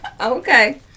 Okay